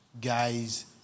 guys